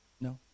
No